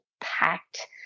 packed